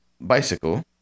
bicycle